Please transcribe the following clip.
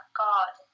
god